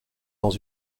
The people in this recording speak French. dans